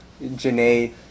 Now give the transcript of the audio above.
Janae